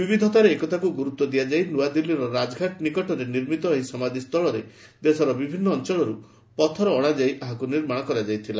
ବିବିଧତାରେ ଏକତାକୁ ଗୁରୁତ୍ୱ ଦିଆଯାଇ ନୂଆଦିଲ୍ଲୀର ରାଜଘାଟ ନିକଟରେ ନିର୍ମିତ ଏହି ସମାଧିସ୍ଥଳରେ ଦେଶର ବିଭିନ୍ନ ଅଞ୍ଚଳରୁ ପଥର ଅଣାଯାଇ ଏହାକୁ ନିର୍ମାଣ କରାଯାଇଛି